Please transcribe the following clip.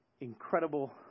incredible